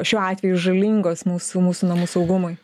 šiuo atveju žalingos mūsų mūsų namų saugumui